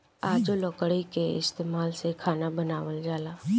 आजो लकड़ी के इस्तमाल से खाना बनावल जाला